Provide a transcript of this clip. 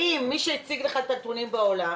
האם מי שהציג לך את הנתונים בעולם,